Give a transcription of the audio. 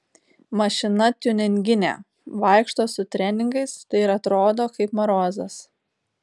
mašina tiuninginė vaikšto su treningais tai ir atrodo kaip marozas